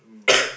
um